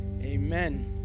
Amen